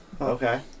Okay